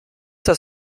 das